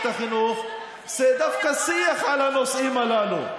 החינוך זה דווקא שיח על הנושאים הללו,